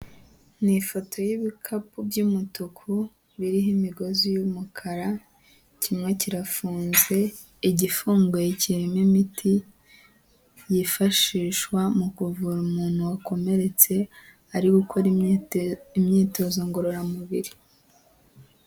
Ni ifoto y'ibikapu by'umutuku, biriho imigozi y'umukara, kimwe kirafunze igifunguye kirimo imiti yifashishwa mu kuvura umuntu wakomeretse ari gukora imyitozo ngororamubiri.